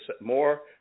more